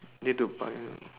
need to buy ah